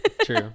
true